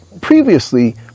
previously